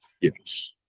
yes